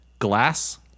Glass